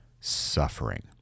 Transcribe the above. suffering